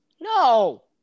no